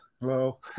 Hello